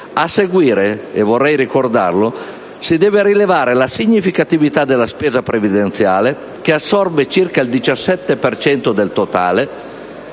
A seguire - vorrei ricordarlo - si deve rilevare la significatività della spesa previdenziale, che assorbe circa il 17 per cento